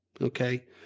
Okay